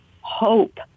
hope